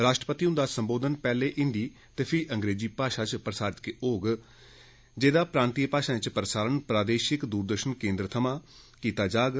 राष्ट्रपति हन्दा सम्बोधन पैहले हिन्दी ते फ्ही अंग्रेजी भाषा च प्रसारित होग जेहदा प्रांतिय भाषाएं च प्रसारण प्रादेशिक दूरदर्शन केन्द्रे थवां कित्ता जाग